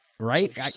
Right